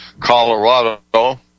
Colorado